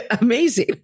amazing